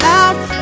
out